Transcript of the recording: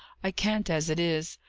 i can't, as it is.